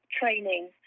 training